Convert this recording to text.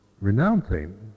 renouncing